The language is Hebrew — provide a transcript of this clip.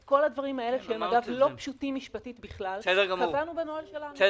את כל הדברים האלה שהם אגב בכלל לא פשוטים משפטית קבענו בנוהל שלנו.